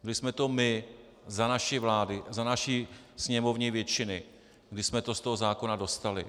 Byli jsme to my za naší vlády, za naší sněmovní většiny, kdy jsme to z toho zákona dostali.